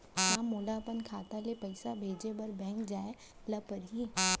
का मोला अपन खाता ले पइसा भेजे बर बैंक जाय ल परही?